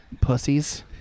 Pussies